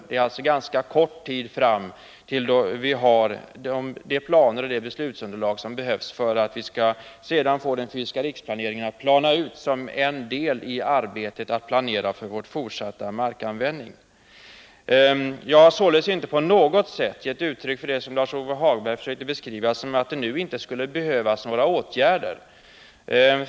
Det är alltså ganska kort tid fram till det vi har de planer och det beslutsunderlag som behövs för att vi skall få den fysiska riksplaneringen att bli en del i arbetet med att planera för vår fortsatta markanvändning. Jag har således inte på något sätt givit uttryck för det som Lars-Ove Hagberg försöker beskriva som att det nu inte skulle behövas några åtgärder.